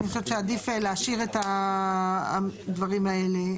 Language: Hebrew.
אני חושבת שעדיף להשאיר את הדברים האלה,